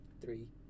Three